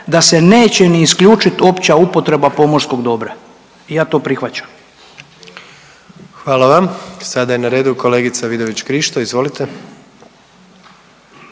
da se neće ni isključit opća upotreba pomorskog dobra. I ja to prihvaćam. **Jandroković, Gordan (HDZ)** Hvala vam. Sada je na redu kolegica Vidović Krišto. Izvolite.